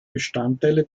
bestandteile